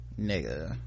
nigga